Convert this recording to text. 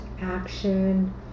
action